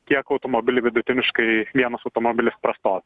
kiek automobiliai vidutiniškai vienas automobilis prastovi